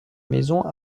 maison